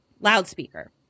loudspeaker